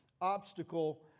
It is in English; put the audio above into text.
obstacle